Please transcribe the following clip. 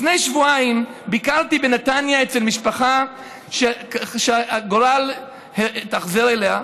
לפני שבועיים ביקרתי בנתניה אצל משפחה שהגורל התאכזר אליה: